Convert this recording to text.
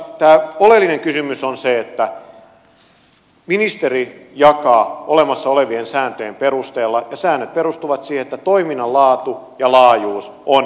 mutta oleellinen kysymys on se että ministeri jakaa olemassa olevien sääntöjen perusteella ja säännöt perustuvat siihen että toiminnan laatu ja laajuus ovat jakokriteereitä